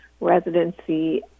residency